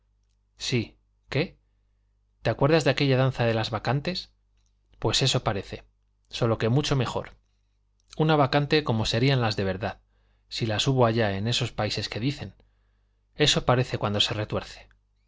sí qué te acuerdas de aquella danza de las bacantes pues eso parece sólo que mucho mejor una bacante como serían las de verdad si las hubo allá en esos países que dicen eso parece cuando se retuerce